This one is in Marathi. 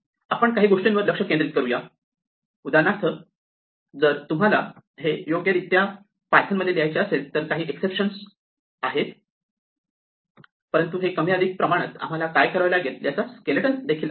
आपण काही गोष्टींवर लक्ष केंद्रित करू या उदाहरणार्थ जर तुम्हाला हे योग्यरित्या पायथन मध्ये लिहायचे असेल तर काही एक्सेप्शन वापरावे लागतील परंतु हे कमी अधिक प्रमाणात आम्हाला काय करावे लागेल याचा स्केलेटॉन आहे